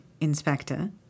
Inspector